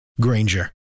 Granger